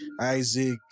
Isaac